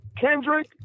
Kendrick